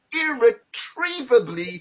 irretrievably